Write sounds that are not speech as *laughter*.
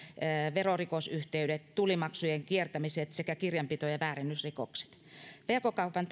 verorikosyhteydet tullimaksujen kiertämiset sekä kirjanpito ja väärennysrikokset verkkokaupan *unintelligible*